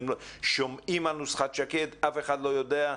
הם שומעים על נוסחת שקד, אף אחד לא יודע,